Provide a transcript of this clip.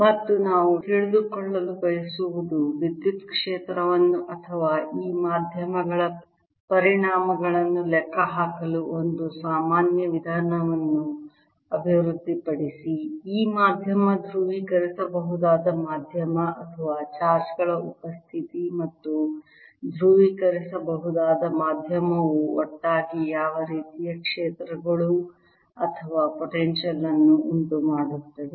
ಮತ್ತು ನಾವು ತಿಳಿದುಕೊಳ್ಳಲು ಬಯಸುವುದು ವಿದ್ಯುತ್ ಕ್ಷೇತ್ರಗಳನ್ನು ಅಥವಾ ಈ ಮಾಧ್ಯಮಗಳ ಪರಿಣಾಮಗಳನ್ನು ಲೆಕ್ಕಹಾಕಲು ಒಂದು ಸಾಮಾನ್ಯ ವಿಧಾನವನ್ನು ಅಭಿವೃದ್ಧಿಪಡಿಸಿ ಈ ಮಾಧ್ಯಮ ಧ್ರುವೀಕರಿಸಬಹುದಾದ ಮಾಧ್ಯಮ ಅಥವಾ ಚಾರ್ಜ್ ಗಳ ಉಪಸ್ಥಿತಿ ಮತ್ತು ಧ್ರುವೀಕರಿಸಬಹುದಾದ ಮಾಧ್ಯಮವು ಒಟ್ಟಾಗಿ ಯಾವ ರೀತಿಯ ಕ್ಷೇತ್ರಗಳು ಅಥವಾ ಪೊಟೆನ್ಶಿಯಲ್ ಅನ್ನು ಉಂಟುಮಾಡುತ್ತದೆ